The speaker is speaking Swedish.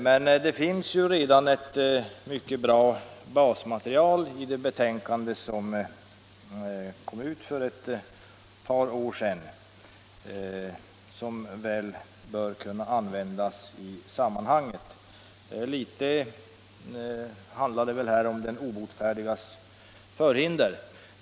Men det finns ju redan ett mycket bra basmaterial i det betänkande som kom ut för ett par år sedan och som väl bör kunna användas i sammanhanget. Nej, det handlar nog här om den obotfärdiges förhinder.